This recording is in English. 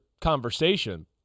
conversation